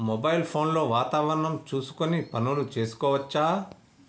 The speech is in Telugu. మొబైల్ ఫోన్ లో వాతావరణం చూసుకొని పనులు చేసుకోవచ్చా?